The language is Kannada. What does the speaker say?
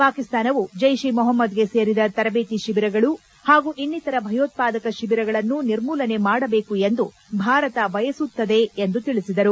ಪಾಕಿಸ್ತಾನವು ಜೈಷ್ ಇ ಮೊಹಮ್ಮದ್ಗೆ ಸೇರಿದ ತರಬೇತಿ ಶಿಬಿರಗಳು ಹಾಗೂ ಇನ್ನಿತರ ಭಯೋತ್ಪಾದಕ ಶಿಬಿರಗಳನ್ನು ನಿರ್ಮೂಲನೆ ಮಾಡಬೇಕು ಎಂದು ಭಾರತ ಬಯಸುತ್ತದೆ ಎಂದು ತಿಳಿಸಿದರು